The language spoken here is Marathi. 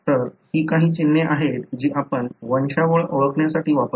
तर ही काही चिन्हे आहेत जी आपण वंशावळ ओळखण्यासाठी वापरतो